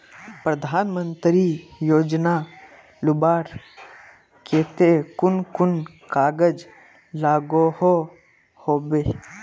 प्रधानमंत्री योजना लुबार केते कुन कुन कागज लागोहो होबे?